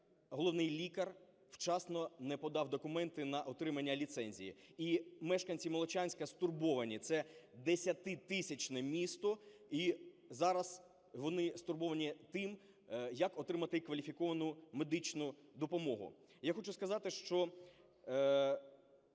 головний лікар вчасно не подав документи на отримання ліцензії, і мешканці Молочанська стурбовані, це 10-тисячне місто і зараз вони стурбовані тим, як отримати кваліфіковану медичну допомогу. Я хочу сказати, що